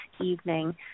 evening